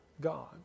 God